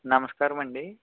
నమస్కారమండి